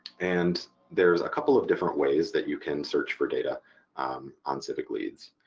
and there's a couple of different ways that you can search for data on civicleads.